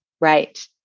Right